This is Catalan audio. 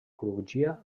crugia